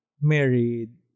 married